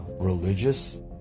religious